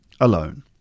alone